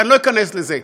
אני לא אכנס לזה.